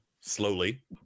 slowly